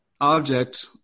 object